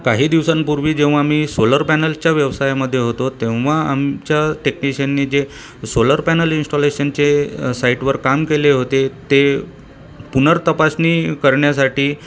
काही दिवसांपूर्वी जेव्हा मी सोलर पॅनलच्या व्यवसायामध्ये होतो तेव्हा आमच्या टेक्निशियनने जे सोलर पॅनल इन्स्टॉलेशनचे साईटवर काम केले होते ते पुनर्तपासणी करण्यासाठी